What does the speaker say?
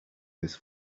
this